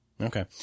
Okay